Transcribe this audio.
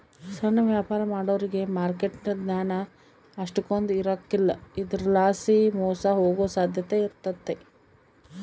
ಸಣ್ಣ ವ್ಯಾಪಾರ ಮಾಡೋರಿಗೆ ಮಾರ್ಕೆಟ್ ಜ್ಞಾನ ಅಷ್ಟಕೊಂದ್ ಇರಕಲ್ಲ ಇದರಲಾಸಿ ಮೋಸ ಹೋಗೋ ಸಾಧ್ಯತೆ ಇರ್ತತೆ